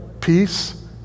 peace